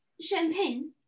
Champagne